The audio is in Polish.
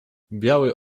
biały